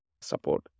support